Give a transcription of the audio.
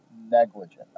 negligent